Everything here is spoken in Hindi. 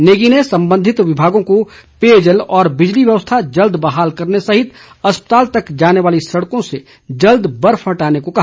नेगी ने संबंधित विभागों को पेयजल और बिजली व्यवस्था जल्द बहाल करने सहित अस्पताल तक जाने वाली सड़कों से जल्द बर्फ हटाने को कहा